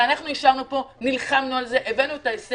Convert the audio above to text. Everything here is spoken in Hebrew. אנחנו אישרנו פה, נלחמנו על זה והבאנו את ההישג.